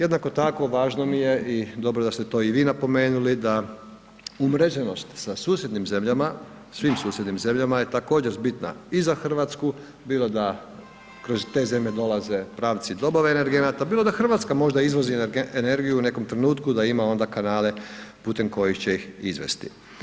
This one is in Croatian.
Jednako tako važno mi je i dobro da ste to i vi napomenuli da umreženost sa susjednim zemljama, svim susjednim zemljama je također bitna i za Hrvatsku bilo da kroz te zemlje dolaze pravci dobave energenata bilo da Hrvatska možda izvozi energiju u nekom trenutku da ima onda kanale putem kojih će ih izvesti.